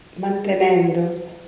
mantenendo